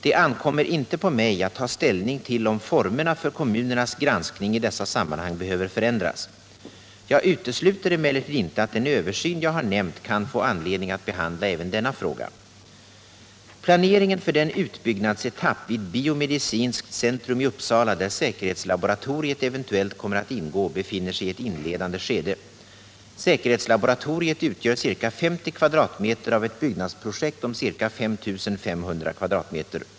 Det ankommer inte på mig att ta ställning till om formerna för kommunernas granskning i dessa sammanhang behöver förändras. Jag utesluter emellertid inte att man vid den översyn jag har nämnt kan få anledning att behandla även denna fråga. Planeringen för den utbyggnadsetapp vid biomedicinskt centrum i Uppsala, där säkerhetslaboratoriet eventuellt kommer att ingå, befinner sig i ett inledande skede. Säkerhetslaboratoriet utgör ca 50 m? av ett byggnadsprojekt om ca 5 500 m?.